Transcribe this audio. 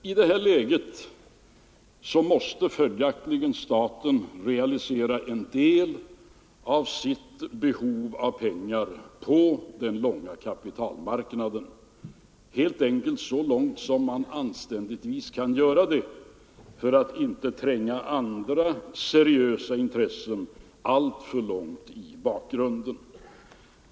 I det läget måste följaktligen staten realisera en del av sitt behov av pengar på den långa kapitalmarknaden och göra det helt enkelt så långt som man anständigtvis kan göra utan att tränga andra seriösa intressen alltför långt i bakgrunden.